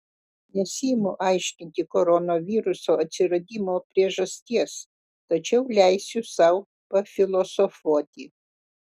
nesiimu aiškinti koronaviruso atsiradimo priežasties tačiau leisiu sau pafilosofuoti